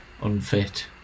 unfit